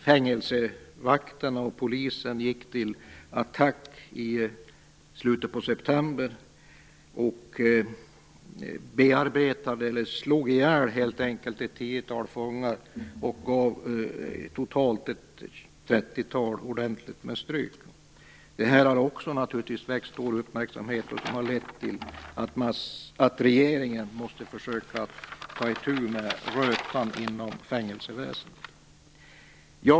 Fängelsevakterna och polisen gick i slutet av september till attack och bearbetade, eller helt enkelt slog ihjäl, ett tiotal fångar samt gav totalt ett trettiotal ordentligt med stryk. Även detta har naturligtvis väckt stor uppmärksamhet, som har lett till att regeringen måste försöka ta itu med rötan inom fängelseväsendet.